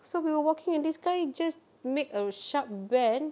so we were walking and this guy just make a sharp bend